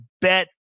bet